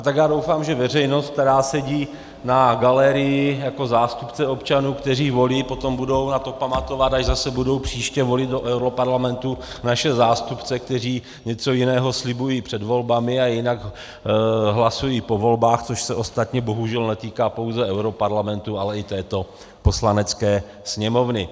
Tak já doufám, že veřejnost, která sedí na galerii jako zástupce občanů, kteří volí, potom budou na to pamatovat, až zase budou příště volit do europarlamentu naše zástupce, kteří něco jiného slibují před volbami a jinak hlasují po volbách, což se ostatně bohužel netýká pouze europarlamentu, ale i této Poslanecké sněmovny.